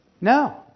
No